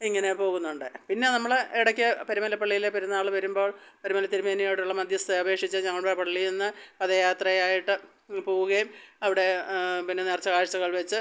ഇങ്ങനെ പോകുന്നുണ്ട് പിന്നെ നമ്മള് ഇടക്ക് പരുമല പള്ളിയിലെ പെരുനാള് വരുമ്പോൾ പരുമല തിരുമേനിയോടുള്ള മധ്യസ്ഥത അപേക്ഷിച്ച് ഞങ്ങളുടെ പള്ളിയിൽ നിന്ന് പദയാത്രയായിട്ട് പോകുകയും അവിടെ പിന്നെ നേർച്ച കാഴ്ചകൾ വെച്ച്